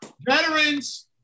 Veterans